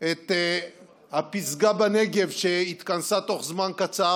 את הפסגה בנגב שהתכנסה תוך זמן קצר.